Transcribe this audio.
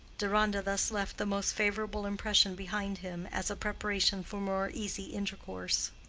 deronda thus left the most favorable impression behind him, as a preparation for more easy intercourse.